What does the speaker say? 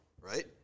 right